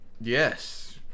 yes